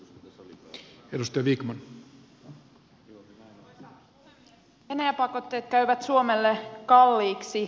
venäjä pakotteet käyvät suomelle kalliiksi